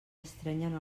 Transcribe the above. estrenyen